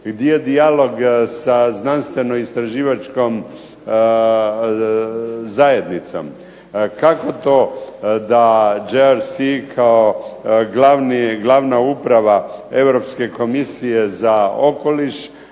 gdje je dijalog sa znanstveno-istraživačkom zajednicom. Kako to da GRC kao glavna uprava Europske komisije za okoliš